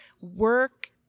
work